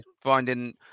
finding